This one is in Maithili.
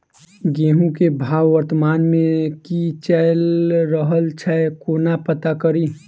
गेंहूँ केँ भाव वर्तमान मे की चैल रहल छै कोना पत्ता कड़ी?